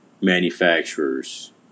manufacturers